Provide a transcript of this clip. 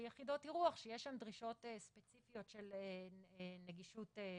ביחידות אירוח שיש שם דרישות ספציפיות של נגישות שירות.